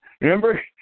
Remember